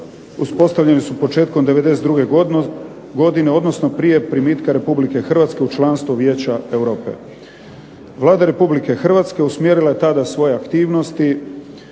uspostavljeni su početkom '92. godine, odnosno prije primitka Republike Hrvatske u članstvo Vijeća Europe. Vlada Republike Hrvatske usmjerila je tada svoje aktivnosti